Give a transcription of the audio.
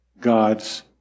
God's